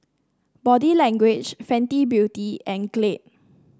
Body Language Fenty Beauty and Glade